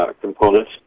components